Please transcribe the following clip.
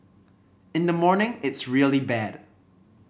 in the morning it's really bad